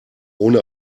ohne